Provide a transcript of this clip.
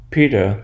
Peter